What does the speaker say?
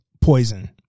Poison